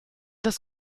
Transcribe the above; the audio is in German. des